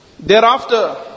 Thereafter